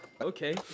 Okay